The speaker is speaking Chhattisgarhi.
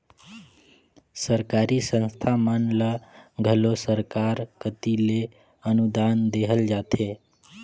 सरकारी संस्था मन ल घलो सरकार कती ले अनुदान देहल जाथे